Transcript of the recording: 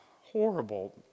horrible